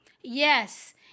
Yes